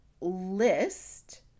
list